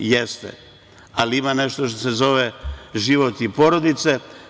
Jeste, ali ima nešto što se zove život i porodice.